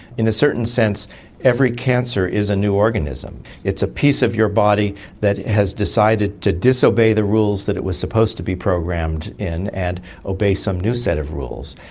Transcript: in a certain sense every cancer is a new organism, it's a piece of your body that has decided to disobey the rules that it was supposed to be programmed in and obey some new set of rules.